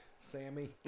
Sammy